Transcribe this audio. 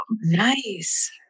Nice